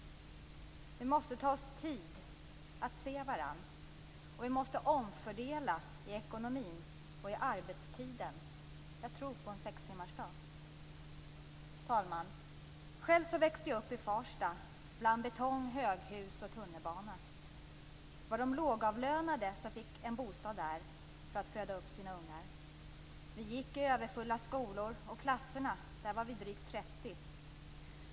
Vi måste ta oss tid att se varandra, och vi måste omfördela ekonomin och arbetstiden. Jag tror på en sextimmarsdag. Herr talman! Själv växte jag upp i Farsta, bland betong, höghus och tunnelbana. Det var de lågavlönade som fick en bostad där för att föda upp sina ungar. Vi gick i överfulla skolor, och i klasserna var vi drygt trettio.